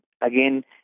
again